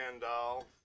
doll